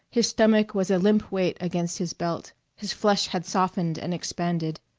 his stomach was a limp weight against his belt his flesh had softened and expanded.